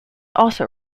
also